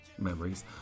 memories